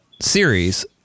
series